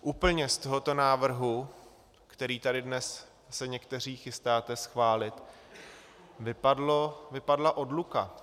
Úplně z tohoto návrhu, který tady dnes se někteří chystáte schválit, vypadla odluka.